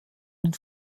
und